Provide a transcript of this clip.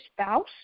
spouse